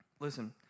Listen